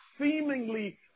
seemingly